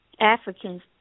Africans